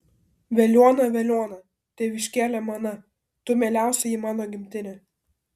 veliuona veliuona tėviškėle mana tu mieliausioji mano gimtine